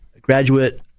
graduate